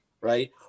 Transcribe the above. right